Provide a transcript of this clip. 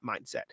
mindset